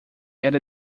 era